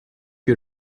you